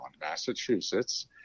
massachusetts